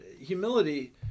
Humility